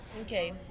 Okay